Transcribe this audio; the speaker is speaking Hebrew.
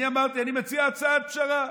אני אמרתי: אני מציע הצעת פשרה: